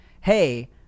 hey